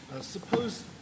Suppose